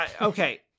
okay